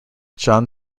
jon